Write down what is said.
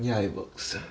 yeah it works